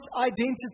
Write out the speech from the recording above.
identity